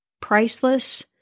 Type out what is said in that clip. priceless